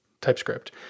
TypeScript